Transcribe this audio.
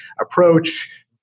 approach